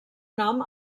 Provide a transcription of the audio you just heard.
nom